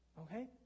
Okay